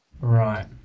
Right